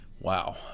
Wow